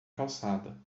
calçada